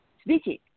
speaking